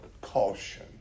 Caution